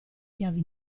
chiavi